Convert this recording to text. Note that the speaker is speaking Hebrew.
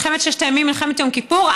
מלחמת ששת הימים ומלחמת יום כיפור.